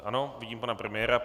Ano, vidím pana premiéra.